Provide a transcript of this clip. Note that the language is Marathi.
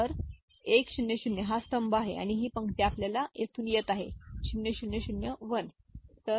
तर 1 0 0 हा स्तंभ आणि ही पंक्ती आपल्याला येथून येत 0 0 0 1 दिसली तर